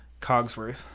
cogsworth